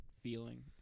feeling